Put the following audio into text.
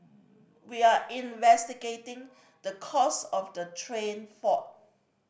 we are investigating the cause of the train fault